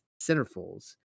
centerfolds